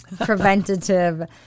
preventative